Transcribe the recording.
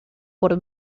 por